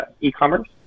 e-commerce